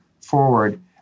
forward